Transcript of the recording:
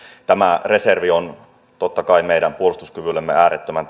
tämä reservi on totta kai meidän puolustuskyvyllemme äärettömän